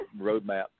roadmap